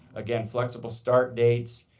again, flexible start dates.